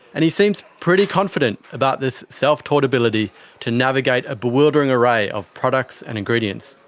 and he seems pretty confident about this self-taught ability to navigate a bewildering array of products and ingredients,